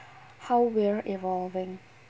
how we're evolving